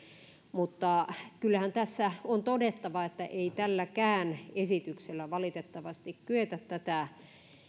mutta kyllähän tässä on todettava että ei tälläkään esityksellä valitettavasti kyetä tätä